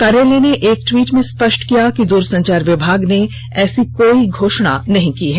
कार्यालय ने एक ट्वीट में स्पष्ट किया कि दूरसंचार विभाग ने ऐसी कोई घोषणा नहीं की है